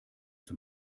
zum